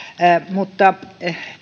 mutta